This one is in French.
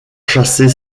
chasser